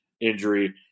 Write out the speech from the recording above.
injury